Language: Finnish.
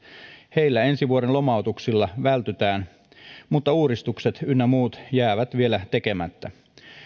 heillä ensi vuoden lomautuksilta vältytään mutta uudistukset ynnä muut jäävät vielä tekemättä